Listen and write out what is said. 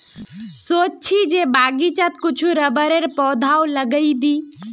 सोच छि जे बगीचात कुछू रबरेर पौधाओ लगइ दी